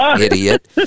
idiot